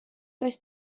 does